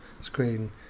screen